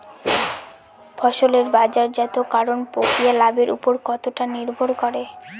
ফসলের বাজারজাত করণ প্রক্রিয়া লাভের উপর কতটা নির্ভর করে?